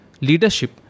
leadership